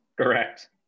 Correct